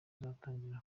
kizatangira